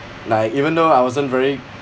like even though I wasn't very